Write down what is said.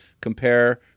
compare